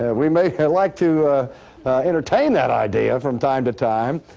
and we may, like to entertain that idea from time to time,